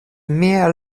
mia